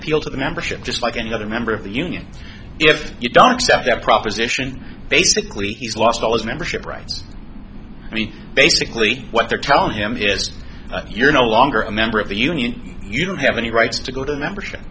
appeal to the membership just like any other member of the union if you don't accept that proposition basically he's lost all his membership rights and basically what they're telling him here is you're no longer a member of the union you don't have any rights to go to membership